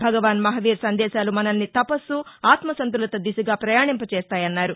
భగవాన్ మహావీర్ సందేశాలు మనల్ని తపస్సు ఆత్మసంతులత దిశగా ప్రయాణింప చేస్తాయన్నారు